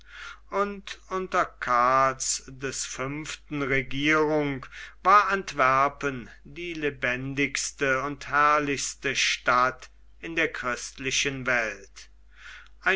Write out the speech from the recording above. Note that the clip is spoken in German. und unter karls des fünften regierung war antwerpen die lebendigste und herrlichste stadt in der christlichen welt